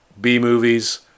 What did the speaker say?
B-movies